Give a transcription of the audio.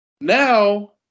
Now